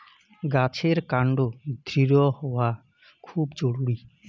গাছের কান্ড দৃঢ় হওয়া খুব জরুরি